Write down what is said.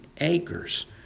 acres